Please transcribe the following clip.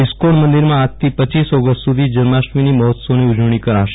ISKCON મંદિરમાં આજથી રપ ઓગસ્ટ સુધી જન્માષ્ટીમીની મહોત્સવની ઉજવણી કરાશે